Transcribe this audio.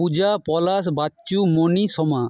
Puja Palash Bachchu Moni Soma